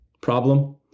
problem